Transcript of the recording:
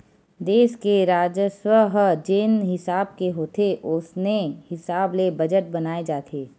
देस के राजस्व ह जेन हिसाब के होथे ओसने हिसाब ले बजट बनाए जाथे